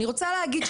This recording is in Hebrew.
אני רוצה להגיד,